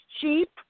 cheap